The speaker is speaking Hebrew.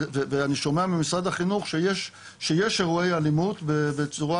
ואני שומע ממשרד החינוך שיש אירועי אלימות בצורה